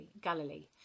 Galilee